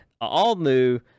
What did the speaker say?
all-new